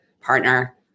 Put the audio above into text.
partner